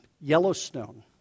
Yellowstone